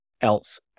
else